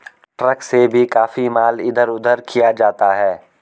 truck से भी काफी माल इधर उधर किया जाता है